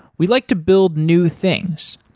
we like to build new things,